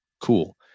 Cool